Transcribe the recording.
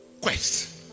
quest